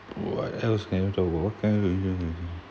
what else can you talk about